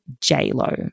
J-Lo